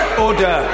order